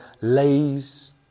lays